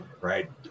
right